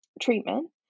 treatment